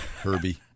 Herbie